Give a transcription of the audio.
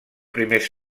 primers